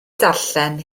darllen